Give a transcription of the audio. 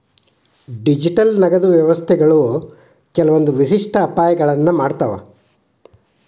digital ನಗದು ವ್ಯವಸ್ಥೆಗಳು ಕೆಲ್ವಂದ್ ವಿಶಿಷ್ಟ ಅಪಾಯಗಳನ್ನ ಮಾಡ್ತಾವ